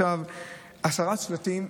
עכשיו, הסרת שלטים,